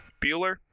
Bueller